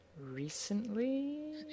recently